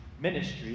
ministry